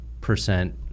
percent